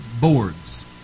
boards